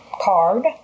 Card